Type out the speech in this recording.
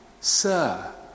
Sir